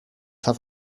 have